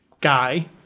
guy